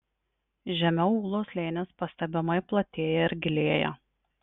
žemiau ūlos slėnis pastebimai platėja ir gilėja